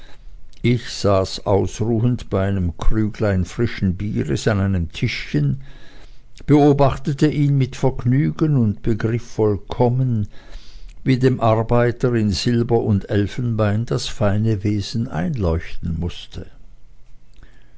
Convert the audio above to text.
ich saß ausruhend bei einem krüglein frischen bieres an einem tischchen beobachtete ihn mit vergnügen und begriff vollkommen wie dem arbeiter in silber und elfenbein das feine wesen einleuchten mußte